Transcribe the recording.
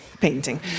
Painting